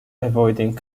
avoiding